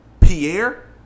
Pierre